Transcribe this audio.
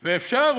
ואפשר,